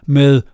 med